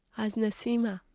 as nasima,